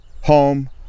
home